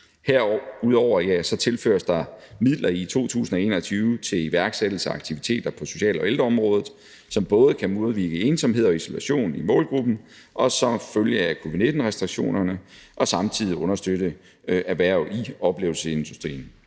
Herudover tilføres der midler i 2021 til iværksættelse af aktiviteter på social- og ældreområdet, som både kan modvirke ensomhed og isolation i målgruppen som følge af covid-19-restriktionerne og samtidig understøtte erhverv i oplevelsesindustrien.